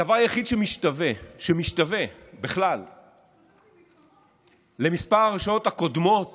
הדבר היחיד שמשתווה בכלל למספר ההרשעות הקודמות